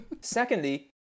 Secondly